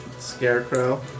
scarecrow